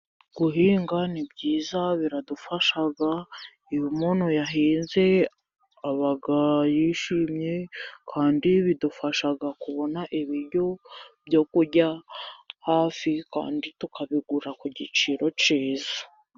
Guhinga ni byiza biradufasha. Iyo umuntu yahinze aba yishimye. Bidufasha kubona ibyo kurya hafi, tukabigura ku giciro cyiza.